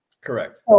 Correct